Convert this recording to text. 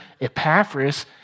Epaphras